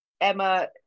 Emma